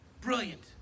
Brilliant